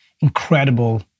incredible